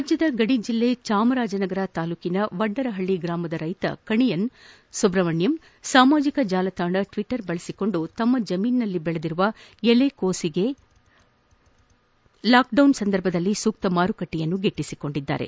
ರಾಜ್ಯದ ಗಡಿ ಜೆಲ್ಲೆ ಚಾಮರಾಜನಗರ ತಾಲ್ಲೂಕಿನ ವಡ್ಡರಪಳ್ಳಿ ಗ್ರಾಮದ ರೈತ ಕಣಿಯನ್ ಸುಬ್ರಹ್ಮಣ್ಯಂ ಸಾಮಾಜಿಕ ಜಾಲತಾಣ ಟ್ವೀಟರ್ ಬಳಸಿಕೊಂಡು ತನ್ನ ಜಮೀನಿನಲ್ಲಿ ಬೆಳೆದಿರುವ ಎಲೆಕೋಸಿಗೆ ಲಾಕ್ಡೌನ್ ಸಂದರ್ಭದಲ್ಲಿ ಸೂಕ್ತ ಮಾರುಕಟ್ಟ ಗಿಟ್ಟಿಸಿಕೊಂಡಿದ್ದಾರೆ